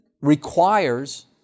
requires